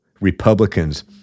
republicans